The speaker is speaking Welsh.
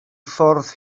ffordd